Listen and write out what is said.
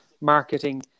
marketing